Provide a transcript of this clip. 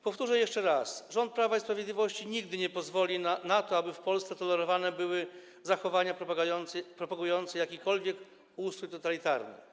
Powtórzę jeszcze raz: Rząd Prawa i Sprawiedliwości nigdy nie pozwoli na to, aby w Polsce tolerowane były zachowania propagujące jakikolwiek ustrój totalitarny.